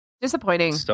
disappointing